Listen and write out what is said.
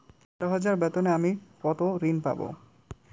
বারো হাজার বেতনে আমি কত ঋন পাব?